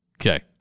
Okay